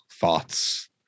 thoughts